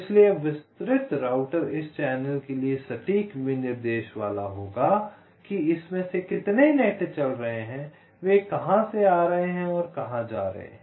इसलिए अब विस्तृत राउटर इस चैनल के लिए सटीक विनिर्देश वाला होगा कि इसमें से कितने नेट चल रहे हैं वे कहाँ से आ रहे हैं और कहाँ जा रहे हैं